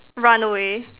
run away